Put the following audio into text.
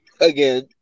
again